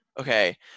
Okay